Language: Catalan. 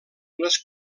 les